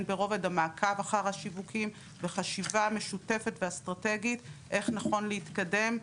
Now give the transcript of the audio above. הן ברובד המעקב אחר השיווקים וחשיבה משותפת ואסטרטגית איך נכון להתקדם,